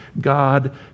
God